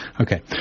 Okay